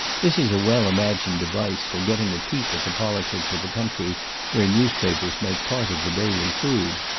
this is a well imagined device for getting a peep at the politics of a country where newspapers make part of the daily food,